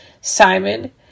Simon